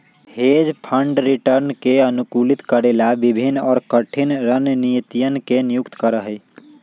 hedge fund return के अनुकूलित करे ला विभिन्न और कठिन रणनीतियन के नियुक्त करा हई